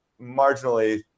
marginally